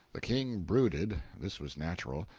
the king brooded this was natural.